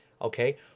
okay